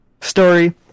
story